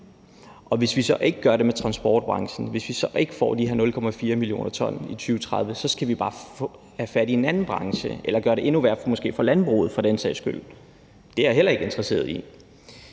vi så ikke får de her 0,4 millioner ton i 2030, skal vi bare have fat i en anden branche eller gøre det endnu værre for måske landbruget for den sags skyld. Det er jeg heller ikke interesseret i.